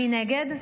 מנגד,